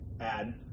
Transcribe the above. add